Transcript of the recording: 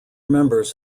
members